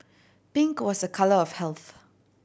pink was a colour of health